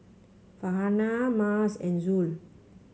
Farhanah Mas and Zul